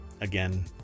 again